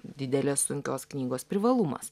didelės sunkios knygos privalumas